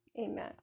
Amen